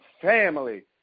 family